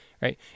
Right